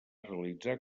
realitzar